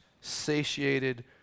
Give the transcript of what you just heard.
satiated